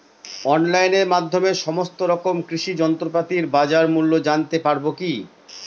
অনলাইনের মাধ্যমে সমস্ত রকম কৃষি যন্ত্রপাতির বাজার মূল্য জানতে পারবো কি?